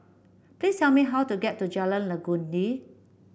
please tell me how to get to Jalan Legundi